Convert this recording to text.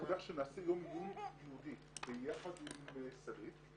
על כך שנעשה יום עיון ייעודי ביחד עם סלעית,